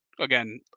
again